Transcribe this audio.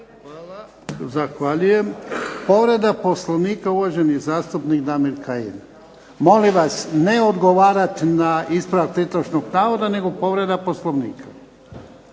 (HDZ)** Zahvaljujem. Povreda Poslovnika, uvaženi zastupnik Damir Kajin. Molim vas ne odgovarati na ispravak netočnog navoda, nego povreda Poslovnika.